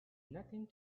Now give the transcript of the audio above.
nothing